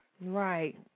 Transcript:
Right